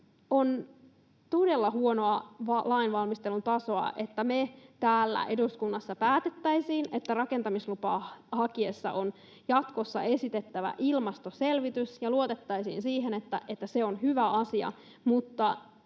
On todella huonoa lainvalmistelun tasoa, että me täällä eduskunnassa päätettäisiin, että rakentamislupaa haettaessa on jatkossa esitettävä ilmastoselvitys, ja luotettaisiin siihen, että se on hyvä asia,